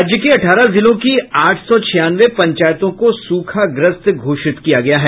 राज्य के अठारह जिलों की आठ सौ छियानवे पंचायतों को सूखाग्रस्त घोषित किया गया है